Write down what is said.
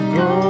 go